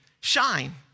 shine